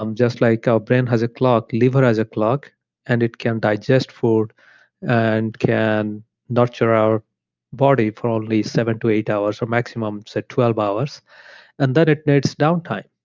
um just like our brain has a clock, liver has a clock and it can digest food and can nurture our body for only seven to eight hours or maximum say twelve hours and that it needs downtime.